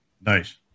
Nice